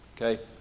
Okay